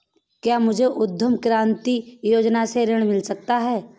क्या मुझे उद्यम क्रांति योजना से ऋण मिल सकता है?